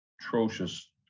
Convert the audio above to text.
atrocious